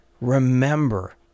remember